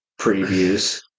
previews